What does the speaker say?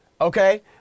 Okay